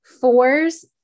fours